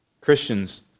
Christians